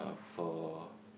for